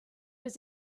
his